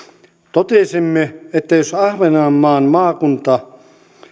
totesimme että jos ahvenanmaan maakunta